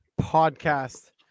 podcast